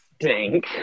stink